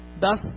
Thus